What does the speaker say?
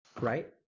Right